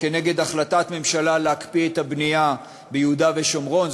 נגד החלטת ממשלה להקפיא את הבנייה ביהודה ושומרון.